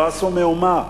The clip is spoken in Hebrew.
לא עשו מאומה.